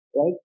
right